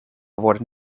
worden